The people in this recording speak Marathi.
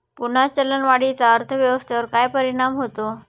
पुन्हा चलनवाढीचा अर्थव्यवस्थेवर काय परिणाम होतो